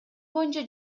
боюнча